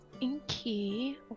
Inky